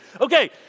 Okay